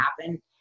happen